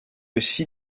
aussi